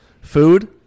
Food